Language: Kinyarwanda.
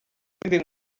izindi